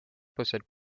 possèdent